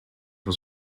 was